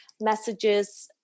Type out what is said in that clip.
messages